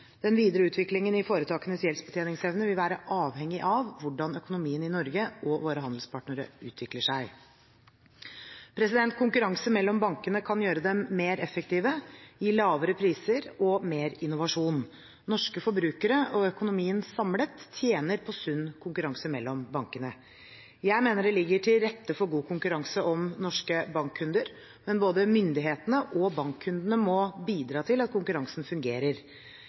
Den videre utviklingen i foretakenes gjeldsbetjeningsevne vil være avhengig av hvordan økonomien i Norge og våre handelspartnere utvikler seg. Konkurranse mellom bankene kan gjøre dem mer effektive, gi lavere priser og mer innovasjon. Norske forbrukere og økonomien samlet tjener på sunn konkurranse mellom bankene. Jeg mener det ligger til rette for god konkurranse om norske bankkunder, men både myndighetene og bankkundene må bidra til at konkurransen fungerer.